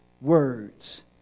words